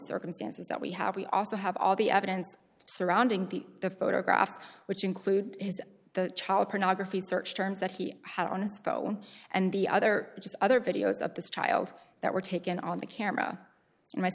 circumstances that we have we also have all the evidence surrounding the the photographs which include the child pornography search terms that he had on his phone and the other just other videos of this child that were taken on the camera and